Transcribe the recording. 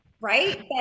Right